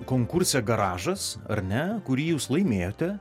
konkurse garažas ar ne kurį jūs laimėjote